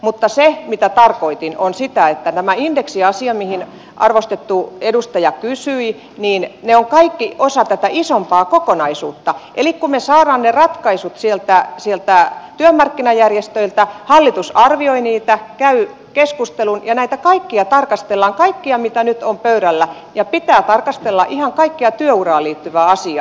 mutta se mitä tarkoitin on että nämä indeksiasiat joita arvostettu edustaja kysyi ovat kaikki osa tätä isompaa kokonaisuutta eli kun me saamme ne ratkaisut sieltä työmarkkinajärjestöiltä hallitus arvioi niitä käy keskustelun ja näitä kaikkia tarkastellaan kaikkia mitä nyt on pöydällä ja pitää tarkastella ihan kaikkea työuraan liittyvää asiaa